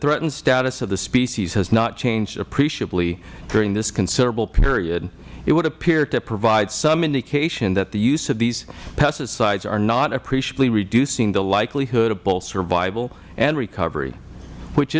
threatened status of the species has not changed appreciably during this considerable period it would appear to provide some indication that the use of these pesticides are not appreciably reducing the likelihood of both survival and recovery which